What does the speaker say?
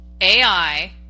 AI